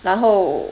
然后